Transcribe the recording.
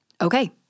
Okay